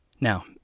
Now